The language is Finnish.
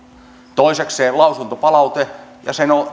toisekseen lausuntopalaute ja sen